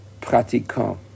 pratiquant